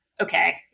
Okay